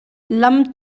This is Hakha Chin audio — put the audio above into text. lam